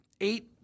eight